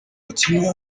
hakenewe